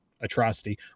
atrocity